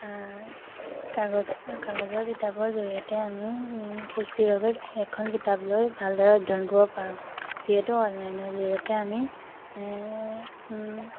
কাগজ কাগজৰ কিতাপৰ জৰিয়তে আমি সুস্থিৰভাবে এখন কিতাপ লৈ ভালদৰে অধ্যয়ন কৰিব পাৰোঁ যিহেতু অনলাইনৰ জৰিয়তে আমি